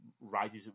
rises